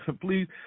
please